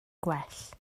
gwell